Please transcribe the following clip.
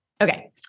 Okay